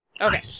Okay